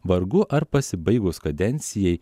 vargu ar pasibaigus kadencijai